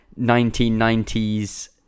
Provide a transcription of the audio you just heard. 1990s